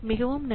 மிகவும் நன்றி